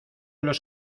los